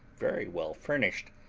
very well furnished,